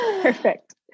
perfect